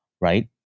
right